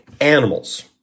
animals